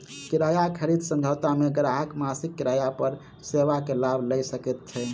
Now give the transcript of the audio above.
किराया खरीद समझौता मे ग्राहक मासिक किराया पर सेवा के लाभ लय सकैत छै